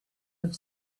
have